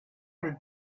did